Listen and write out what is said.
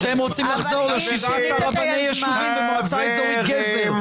אתם רוצים לחזור ל-17 רבני יישובים במועצה האזורית גזר.